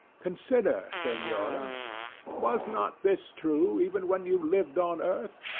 consider, senora was not this true even when you lived on earth?